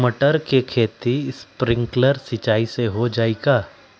मटर के खेती स्प्रिंकलर सिंचाई से हो जाई का?